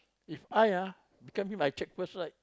If I ah become him I check first right